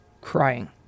crying